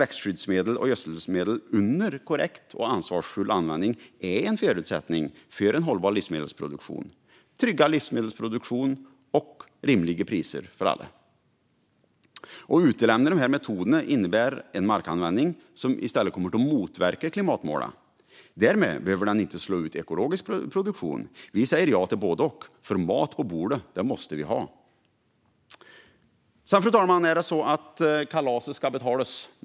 Växtskyddsmedel och gödselmedel är under korrekt och ansvarsfull användning en förutsättning för en hållbar livsmedelsproduktion, en tryggad livsmedelsproduktion och rimliga priser för alla. Att utelämna dessa metoder innebär en markanvändning som i stället motverkar klimatmålen. Därmed behöver det inte slå ut ekologisk produktion. Vi säger ja till både och, för mat på bordet måste vi ha. Sedan, fru talman, är det så att kalaset ska betalas.